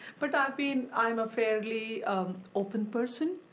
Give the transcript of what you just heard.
but i mean i'm a fairly open person,